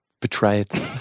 Betrayed